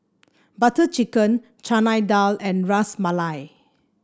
Butter Chicken Chana Dal and Ras Malai